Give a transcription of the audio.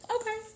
okay